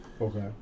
Okay